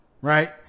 right